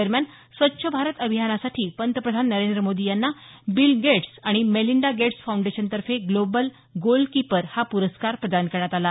दरम्यानस्वच्छ भारत अभियानासाठी पंतप्रधान नरेंद्र मोदी यांना बिल गेट्स आणि मेलिंडा गेट्स फौंडेशनतर्फे ग्लोबल गोलकीपर हा पुरस्कार प्रदान करण्यात आला